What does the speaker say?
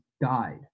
died